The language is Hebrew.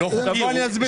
אסביר.